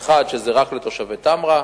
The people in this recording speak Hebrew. האחד, שזה רק לתושבי תמרה,